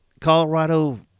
Colorado